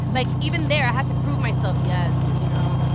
like, even there, i had to prove myself. yes, you know,